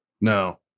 No